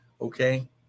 okay